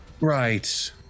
Right